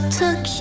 took